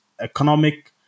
economic